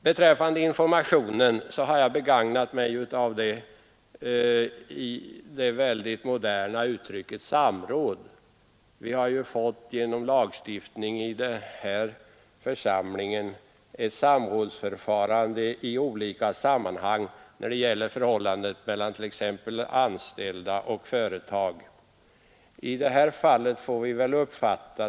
Beträffande informationen har jag begagnat mig av det mycket moderna uttrycket ”samråd” — vi har ju i denna församling genom lagstiftning skapat samrådsförfaranden i olika sammanhang, t.ex. när det gäller förhållandet mellan företaget och de anställda.